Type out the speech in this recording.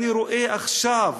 אני רואה עכשיו